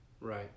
Right